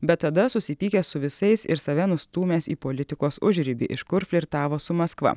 bet tada susipykęs su visais ir save nustūmęs į politikos užribį iš kur flirtavo su maskva